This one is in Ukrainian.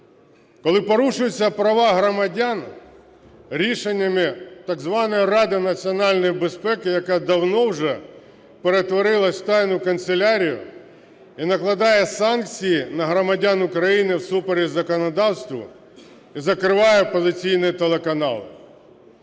Коли порушуються права громадян рішеннями так званої Ради національної безпеки, яка давно вже перетворилась в "тайну канцелярію" і накладає санкції на громадян України всупереч законодавству і закриває опозиційні телеканали.